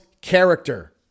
character